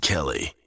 Kelly